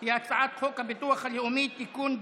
היא הצעת חוק הביטוח הלאומי (תיקון,